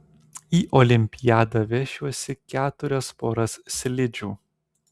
į olimpiadą vešiuosi keturias poras slidžių